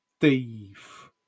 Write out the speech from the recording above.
thief